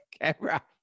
Camera